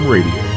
Radio